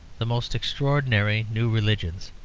the most extraordinary new religions.